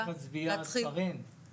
אנחנו ברשות עובדים היום גם לבדוק איך